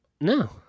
No